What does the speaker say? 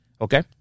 Okay